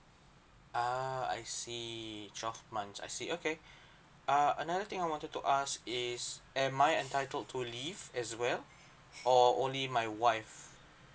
ah I see twelve months I see okay err another thing I wanted to ask is am I entitled to leave as well or only my wife